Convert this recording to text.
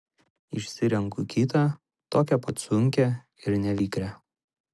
išsirenku kitą tokią pat sunkią ir nevikrią